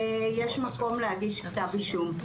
יש מקום להגיש כתב אישום.